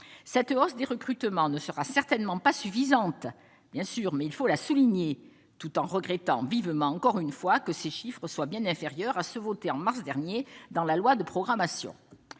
cette hausse des recrutements ne sera certainement pas suffisante, bien sûr, mais il faut l'a souligné, tout en regrettant vivement encore une fois que ces chiffres soient bien inférieurs à ce votée en mars dernier dans la loi de programmation